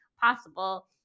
possible